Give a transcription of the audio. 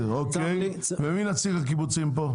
מי נציג הקיבוצים פה?